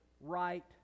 right